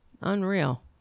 Unreal